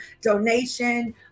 donation